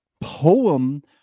poem